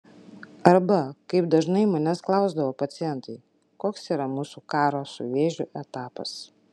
arba kaip dažnai manęs klausdavo pacientai koks yra mūsų karo su vėžiu etapas